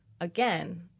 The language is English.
again